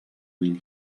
been